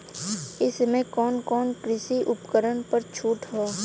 ए समय कवन कवन कृषि उपकरण पर छूट ह?